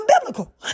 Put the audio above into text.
biblical